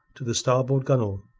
to the starboard gunwale.